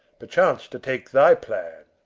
perchance to take thy plan.